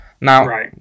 now